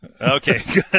okay